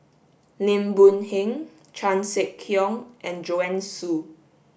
Lim Boon Heng Chan Sek Keong and Joanne Soo